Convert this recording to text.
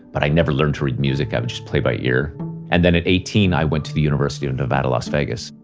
but i never learned to read music. i would just play by ear and then at eighteen, i went to the university of nevada, las vegas.